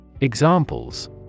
Examples